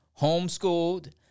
homeschooled